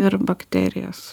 ir bakterijas